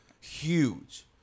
huge